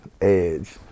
Edge